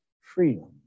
freedom